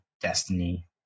Destiny